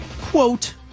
quote